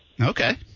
Okay